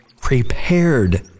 prepared